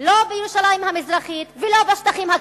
לא בירושלים המזרחית ולא בשטחים הכבושים.